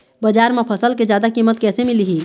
बजार म फसल के जादा कीमत कैसे मिलही?